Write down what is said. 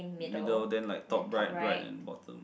middle then like top right right and bottom